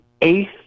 eighth